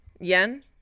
Yen